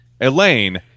Elaine